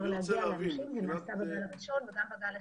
להגיע לאנשים גם בגל הראשון וגם בגל השני.